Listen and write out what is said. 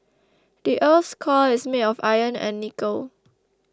the earth's core is made of iron and nickel